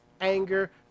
anger